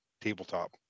tabletop